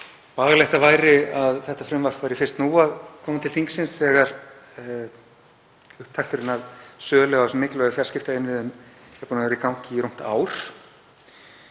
bagalegt væri að þetta frumvarp væri fyrst nú að koma til þingsins þegar upptakturinn að sölu á þessum mikilvægu fjarskiptainnviðum hefði verið í gangi í rúmt ár.